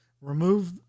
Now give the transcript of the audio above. remove